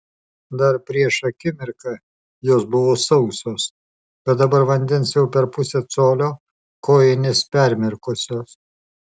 dar prieš akimirką jos buvo sausos bet dabar vandens jau per pusę colio kojinės permirkusios